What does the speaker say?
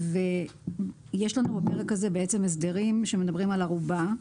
יש לנו בפרק הזה הסדרים שמדברים על ערובה.